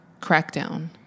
crackdown